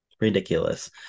Ridiculous